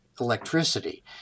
electricity